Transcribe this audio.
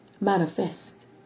Manifest